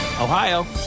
Ohio